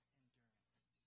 endurance